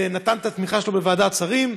ונתן את התמיכה שלו בוועדת השרים,